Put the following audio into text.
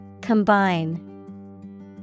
Combine